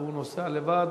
והוא נוסע לבד,